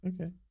okay